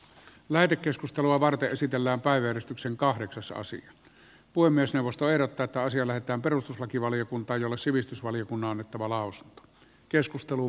lähetekeskustelua varten esitellään päivystyksen kahdeksasosia voi myös neuvosto erotetaan sillä että perustuslakivaliokunta sivistysvaliokunnan on annettava lausunto